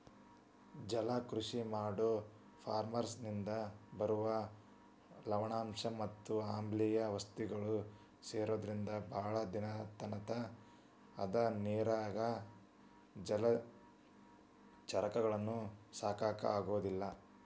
ಜಲಕೃಷಿ ಮಾಡೋ ಫಾರ್ಮನಿಂದ ಬರುವ ಲವಣಾಂಶ ಮತ್ ಆಮ್ಲಿಯ ವಸ್ತುಗಳು ಸೇರೊದ್ರಿಂದ ಬಾಳ ದಿನದತನ ಅದ ನೇರಾಗ ಜಲಚರಗಳನ್ನ ಸಾಕಾಕ ಆಗೋದಿಲ್ಲ